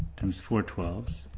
times four twelve